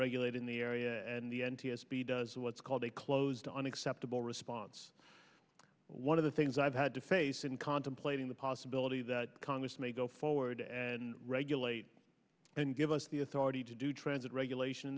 regulate in the area and the n t s b does what's called a close to unacceptable risk lance one of the things i've had to face and contemplating the possibility that congress may go forward and regulate and give us the authority to do transit regulation in